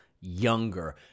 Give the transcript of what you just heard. younger